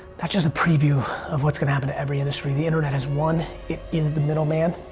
that's just a preview of what's gonna happen to every industry. the internet has won. it is the middle man